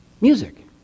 Music